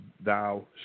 thou